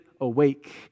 awake